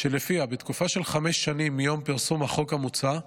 שלפיה בתקופה של חמש שנים מיום פרסום החוק המוצע,